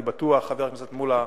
אני בטוח, חבר הכנסת מולה,